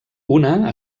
una